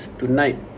tonight